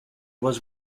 was